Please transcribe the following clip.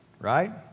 right